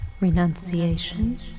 Renunciation